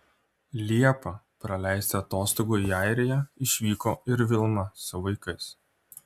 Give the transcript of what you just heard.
liepą praleisti atostogų į airiją išvyko ir vilma su vaikais